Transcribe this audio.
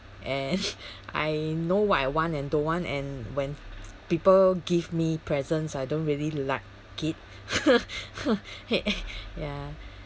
and I know what I want and don't want and when people give me presents I don't really like it ya